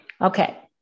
Okay